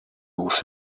wuchs